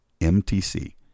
M-T-C